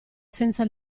senza